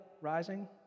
rising